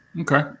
okay